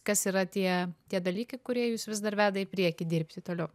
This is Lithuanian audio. kas yra tie tie dalykai kurie jus vis dar veda į priekį dirbti toliau